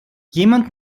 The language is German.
jemand